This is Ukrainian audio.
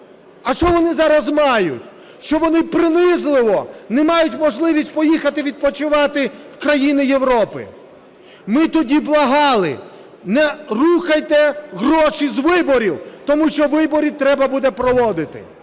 А що вони зараз мають? Що вони принизливо не мають можливості поїхати відпочивати в країни Європи. Ми тоді благали: не рухайте гроші з виборів, тому що вибори треба буде проводити.